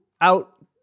out